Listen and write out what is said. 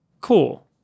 Cool